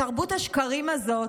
בתרבות השקרים הזאת,